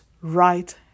right